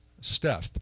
step